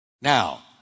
Now